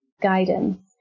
guidance